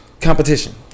Competition